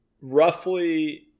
roughly